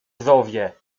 zowie